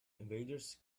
invaders